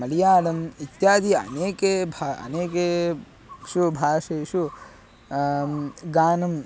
मळियाळम् इत्यादि अनेके भा अनेकासु भाषासु गानम्